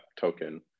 token